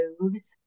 moves